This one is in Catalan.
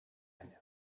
any